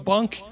Bunk